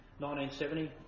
1970